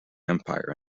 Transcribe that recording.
empire